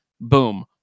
Boom